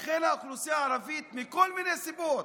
לכן האוכלוסייה הערבית, מכל מיני סיבות,